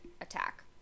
attack